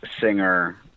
Singer